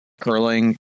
curling